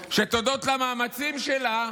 שהודות למאמצים שלה,